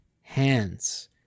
hands